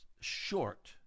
Short